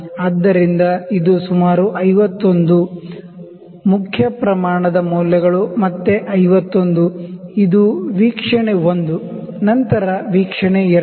ಆದ್ದರಿಂದ ಇದು ಸುಮಾರು 51 ಮೇನ್ ಸ್ಕೇಲ್ ದ ಮೌಲ್ಯಗಳು ಮತ್ತೆ 51 ಇದು ವೀಕ್ಷಣೆ 1 ನಂತರ ವೀಕ್ಷಣೆ 2